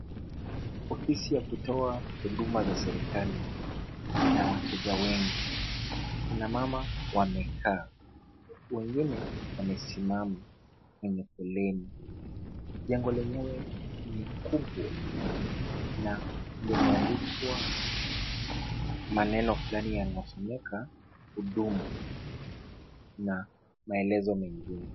Ofisi ya kutoa huduma za serikali, ina wateja wengi, kina mama wamekaa huku wengine wamesimama kwenye foleni. Jengo lenyewe ni kubwa na limeandikwa maneno fulani yanayosomeka huduma na maelezo mengine.